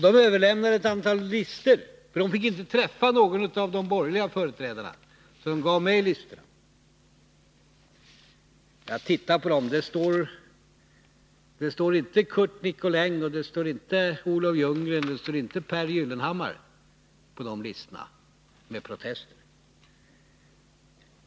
De överlämnade ett antal listor till mig, för de fick inte träffa någon av de borgerliga företrädarna. Jag tittade på dem. Det står inte Curt Nicolin, det står inte Olof Ljunggren och det står inte Pehr Gyllenhammar på de listorna med protester.